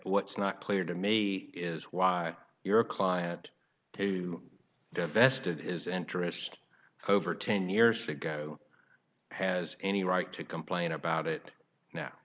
what's not clear to me is why your client the best it is interest over ten years ago has any right to complain about it now